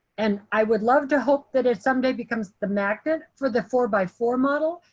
and i would love to hope that it someday becomes the magnet for the four-by-four model.